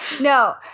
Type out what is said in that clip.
No